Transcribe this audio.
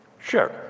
Sure